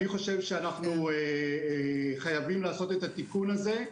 אני חושב שאנחנו חייבים לעשות את התיקון הזה,